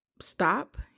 stop